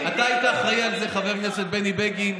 אתה היית אחראי לזה, חבר הכנסת בגין.